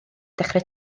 dechrau